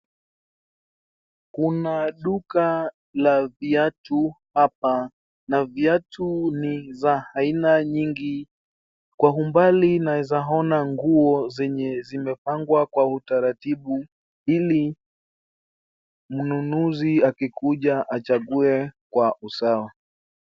Kuna duka la viatu hapa na viatu ni za aina nyingi. kwa umbali naeza ona nguo zenye zimepangwa kwa utaratibu hili mnunuzi akikuja achague kwa usawa.